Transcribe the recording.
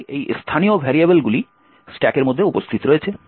তাই এই স্থানীয় ভেরিয়েবলগুলি স্ট্যাকের মধ্যে উপস্থিত রয়েছে